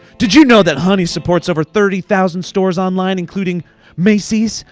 did you know that honey supports over thirty thousand stores online including macy's,